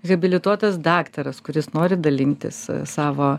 habilituotas daktaras kuris nori dalintis savo